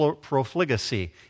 profligacy